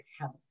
help